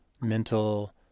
mental